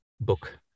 book